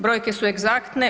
Brojke su egzaktne.